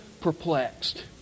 perplexed